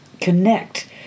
connect